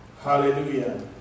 Hallelujah